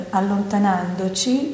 allontanandoci